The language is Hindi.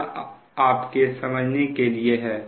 यह आपके समझने के लिए है